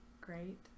great